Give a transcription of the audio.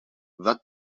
that